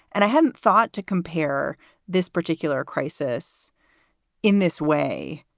and i hadn't thought to compare this particular crisis in this way,